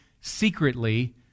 secretly